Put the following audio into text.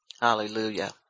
hallelujah